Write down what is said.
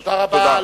תודה.